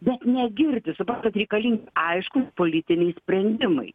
bet negirdi suprantat reikalingi aiškūs politiniai sprendimai